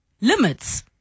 limits